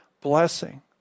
blessing